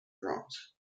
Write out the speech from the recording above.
drums